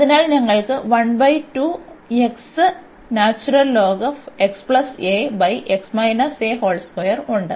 അതിനാൽ ഞങ്ങൾക്ക് ഉണ്ട്